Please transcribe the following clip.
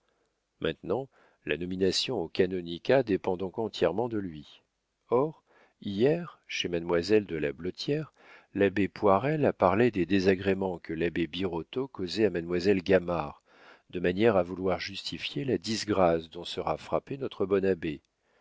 maintenant la nomination au canonicat dépend donc entièrement de lui or hier chez mademoiselle de la blottière l'abbé poirel a parlé des désagréments que l'abbé birotteau causait à mademoiselle gamard de manière à vouloir justifier la disgrâce dont sera frappé notre bon abbé